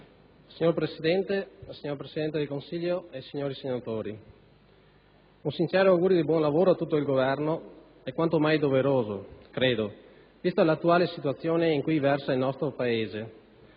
Signor Presidente, signor Presidente del Consiglio, signori senatori, un sincero augurio di buon lavoro a tutto il Governo è quanto mai doveroso, vista l'attuale situazione in cui versa il nostro Paese,